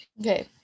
okay